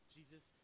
Jesus